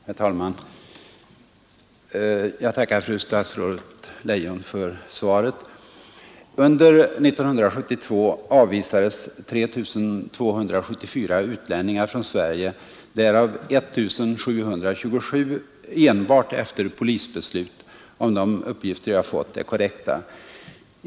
Herr talman! Jag tackar fru statsrådet Leijon för svaret. Under 1972 avvisades 3 274 utlänningar från Sverige, därav 1 723 enbart efter polisbeslut, om de uppgifter jag fått är korrekta.